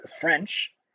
French